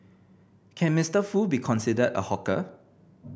can Mister Foo be considered a hawker